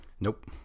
Nope